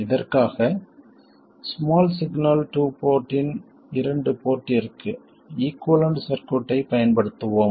இதற்காக small signal two போர்ட்டின் இரண்டு போர்ட்டிற்கு ஈகுவலன்ட் சர்க்யூட்டைப் பயன்படுத்துவோம்